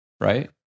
right